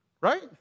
right